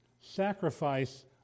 sacrifice